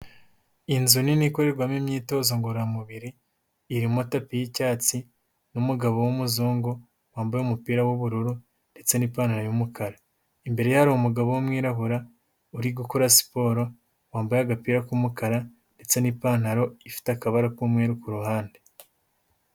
Inzu nini ikorerwamo imyitozo ngororamubiri, irimo tapi y'icyatsi n'umugabo w'umuzungu wambaye umupira w'ubururu ndetse n'ipantaro y'umukara. Imbere ye hari umugabo w'umwirabura uri gukora siporo, wambaye agapira k'umukara ndetse n'ipantaro ifite akabara k'umweru ku ruhande.